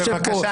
בבקשה,